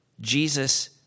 Jesus